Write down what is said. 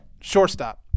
shortstop